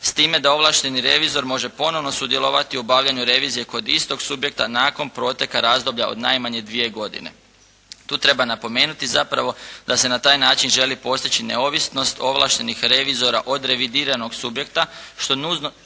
s time da ovlašteni revizor može ponovno sudjelovati u obavljanju revizije kod istog subjekta nakon proteka razdoblja od najmanje dvije godine. Tu treba napomenuti zapravo da se na taj način želi postići neovisnost ovlaštenih revizora od revidiranog subjekta što nužno